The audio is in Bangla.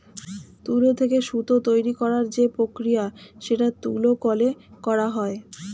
তুলো থেকে সুতো তৈরী করার যে প্রক্রিয়া সেটা তুলো কলে করা হয়